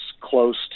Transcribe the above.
close